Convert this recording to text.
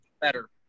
better